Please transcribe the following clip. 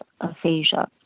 aphasia